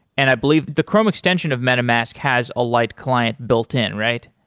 and i believe the chrome extension of metamask has a light client built in, right?